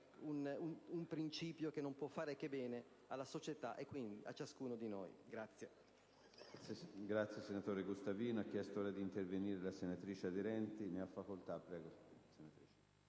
un principio che non può che far bene alla società e, quindi, a ciascuno di noi.